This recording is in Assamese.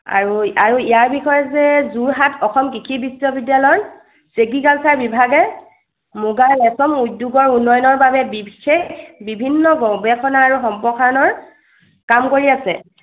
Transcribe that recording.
আৰু আৰু ইয়াৰ বিষয়ে যে যোৰহাট অসম কৃষি বিশ্ববিদ্যালয় চেৰিকালচাৰ বিভাগে মুগা ৰেছম উদ্যোগৰ উন্নয়নৰ বাবে বিশেষ বিভিন্ন গৱেষণা আৰু সম্প্ৰসাৰনৰ কাম কৰি আছে